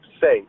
safe